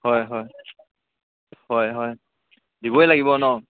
হয় হয় হয় হয় দিবই লাগিব ন